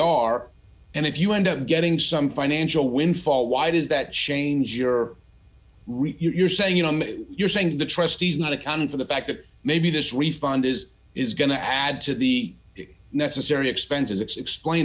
are and if you end up getting some financial windfall why does that change or you're saying you know you're saying the trustees not accounted for the fact that maybe this refund is is going to add to the necessary expenses it's explain